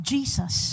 Jesus